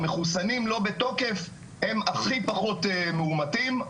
המחוסנים לא בתוקף הם הכי פחות מאומתים,